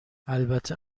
البته